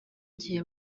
gihe